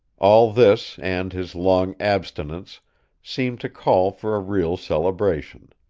all this and his long abstinence seemed to call for a real celebration.